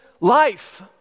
life